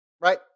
right